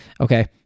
Okay